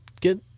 get